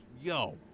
yo